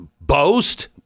boast